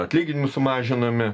atlyginimus sumažinome